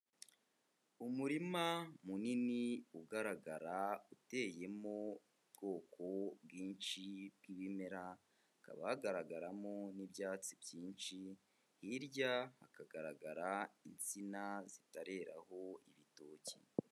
Umurima munini ugaragara uteyemo ubwoko bwinshi bw'ibimera, hakaba hagaragaramo n'ibyatsi byinshi, hirya hakagaragara insina zitareraho ibitoki.